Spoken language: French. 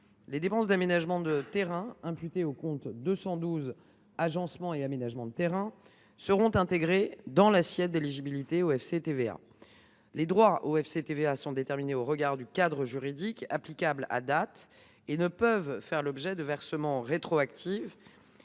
les dépenses d’aménagement de terrain, imputées au compte 212 « Agencements et aménagements de terrains », seront réintégrées dans l’assiette d’éligibilité au FCTVA. Les droits au FCTVA sont déterminés au regard du cadre juridique applicable à date et ne peuvent pas faire l’objet d’un versement rétroactif.